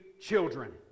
children